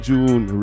June